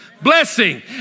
blessing